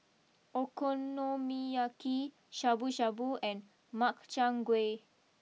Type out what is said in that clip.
Okonomiyaki Shabu Shabu and Makchang Gui